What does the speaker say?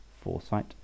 foresight